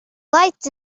lights